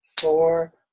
four